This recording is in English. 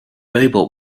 robot